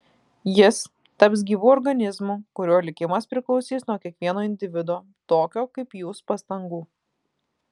jis taps gyvu organizmu kurio likimas priklausys nuo kiekvieno individo tokio kaip jūs pastangų